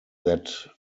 that